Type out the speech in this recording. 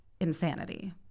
insanity